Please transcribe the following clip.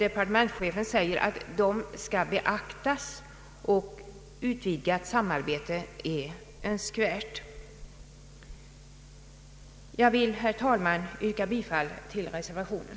Departementschefen säger att dessa möjligheter skall beaktas och att utvidgat samarbete är önskvärt. Jag vill, herr talman, yrka bifall till reservationen.